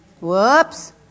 Whoops